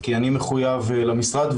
כי אני מחויב למשרד,